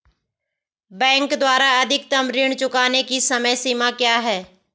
Bank द्वारा अधिकतम ऋण चुकाने की समय सीमा क्या है?